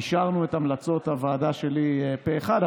אישרנו את המלצות הוועדה שלי פה אחד,